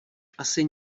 asi